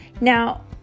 now